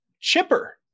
chipper